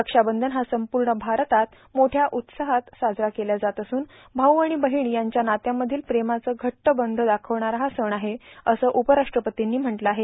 रक्षाबंधन हा संपूर्ण भारतात मोठ्या उत्सवात साजरा केल्या जात असून भाऊ आणि बहिण यांच्या नात्यांमधील प्रेमाचा घट्ट बंध दाखविणारा हा सण आहे असं उपराष्ट्रपतींनी म्हटलं आहे